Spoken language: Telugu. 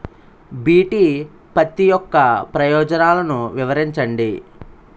బి.టి పత్తి యొక్క ప్రయోజనాలను వివరించండి?